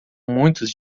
muitos